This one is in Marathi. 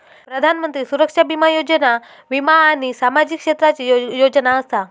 प्रधानमंत्री सुरक्षा बीमा योजना वीमा आणि सामाजिक क्षेत्राची योजना असा